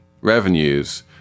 revenues